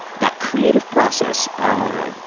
that creative process. ah